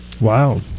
Wow